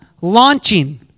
launching